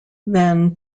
then